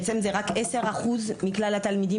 אז בעצם זה רק 10% מכלל התלמידים,